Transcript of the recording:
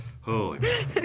Holy